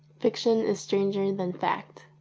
fiction is stranger than fact.